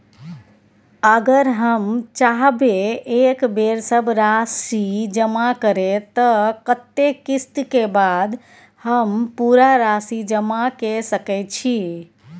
अगर हम चाहबे एक बेर सब राशि जमा करे त कत्ते किस्त के बाद हम पूरा राशि जमा के सके छि?